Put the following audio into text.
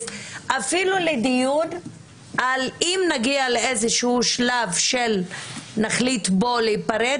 לדיון על אם נגיע לאיזשהו שלב שבו נחליט להיפרד,